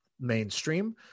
mainstream